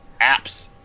apps